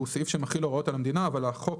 הוא סעיף שמחיל הוראות על המדינה אבל החוק